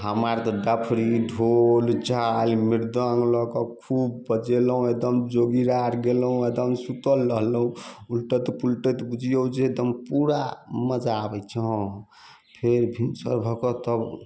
हम आर तऽ डफली ढोल झाल मृदङ्ग लऽ के खूब बजेलहुँ एकदम जोगीरा आर गयलहुँ आ तहन सुतल रहलहुँ उलटैत पुलटैत बुझियौ जे एकदम पूरा मजा आबैत छै हँ फेर भिनसर भऽके तब